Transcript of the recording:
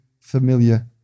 familiar